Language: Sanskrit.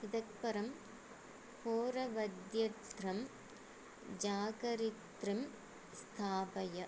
इतःपरं होरवध्यर्थं जागरित्रिं स्थापय